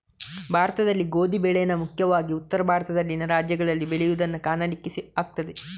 ಭಾರತದಲ್ಲಿ ಗೋಧಿ ಬೆಳೇನ ಮುಖ್ಯವಾಗಿ ಉತ್ತರ ಭಾರತದಲ್ಲಿನ ರಾಜ್ಯಗಳಲ್ಲಿ ಬೆಳೆಯುದನ್ನ ಕಾಣಲಿಕ್ಕೆ ಆಗ್ತದೆ